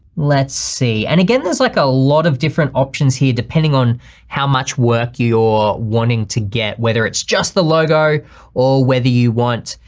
let's see. and again, there's like a lot of different options here depending on how much work your wanting to get, whether it's just the logo or whether you want,